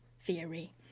theory